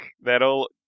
that'll